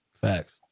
Facts